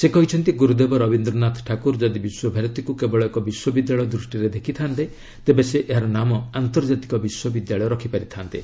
ସେ କହିଛନ୍ତି ଗୁରୁଦେବ ରବୀନ୍ଦ୍ରନାଥ ଠାକୁର ଯଦି ବିଶ୍ୱଭାରତୀକୁ କେବଳ ଏକ ବିଶ୍ୱବିଦ୍ୟାଳୟ ଦୃଷ୍ଟିରେ ଦେଖିଥାନ୍ତେ ତେବେ ସେ ଏହାର ନାମ ଆନ୍ତର୍ଜାତିକ ବିଶ୍ୱବିଦ୍ୟାଳୟ ରଖିପାରିଥାନ୍ତେ